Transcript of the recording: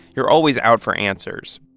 you're always out for answers.